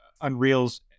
Unreal's